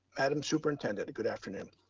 madam superintendent, good afternoon.